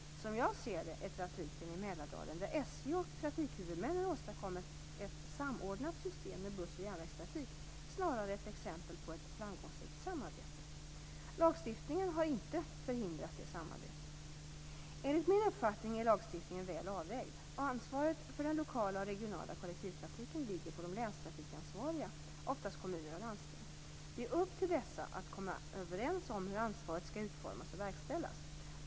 Som jag ser det är trafiken i Mälardalen, där SJ och trafikhuvudmännen åstadkommit ett samordnat system med buss och järnvägstrafik, snarare ett exempel på ett framgångsrikt samarbete. Lagstiftningen har inte förhindrat samarbetet. Enligt min uppfattning är lagstiftningen väl avvägd. Ansvaret för den lokala och regionala kollektivtrafiken ligger på de länstrafikansvariga, oftast kommuner och landsting. Det är upp till dessa att komma överens om hur ansvaret skall utformas och verkställas.